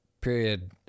period